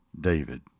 David